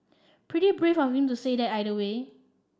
pretty brave of him to say that either way